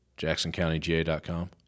JacksonCountyGA.com